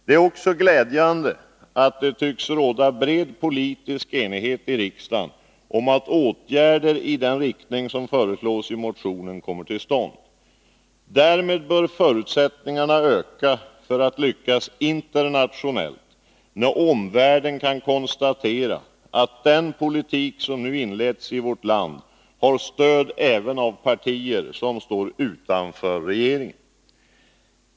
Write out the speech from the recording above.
Det är också glädjande att det tycks råda bred politisk enighet i riksdagen om att åtgärder i den riktning som föreslås i motionen kommer till stånd. Därmed bör förutsättningarna öka för att lyckas internationellt, när omvärlden kan konstatera att den politik som nu inletts i vårt land har stöd även av partier som står utanför regeringen.